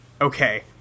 Okay